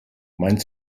mein